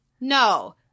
No